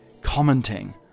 commenting